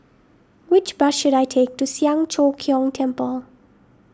which bus should I take to Siang Cho Keong Temple